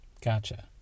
Gotcha